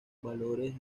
valores